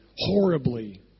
horribly